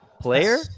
player